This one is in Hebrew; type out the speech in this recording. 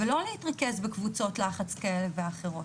ולא להתרכז בקבוצות לחץ כאלה ואחרות.